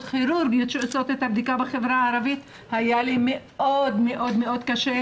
כירורגיות שמבצעות את הבדיקה בחברה הערבית היה לי מאוד קשה.